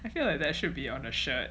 I feel like that should be on a shirt